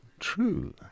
True